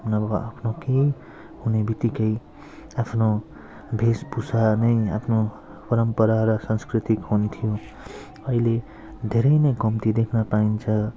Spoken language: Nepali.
नभए आफ्नो केही हुनेबित्तिकै आफ्नो वेशभूषा नै आफ्नो परम्परा र संस्कृति हुन्थ्यो अहिले धेरै नै कम्ती देख्न पाइन्छ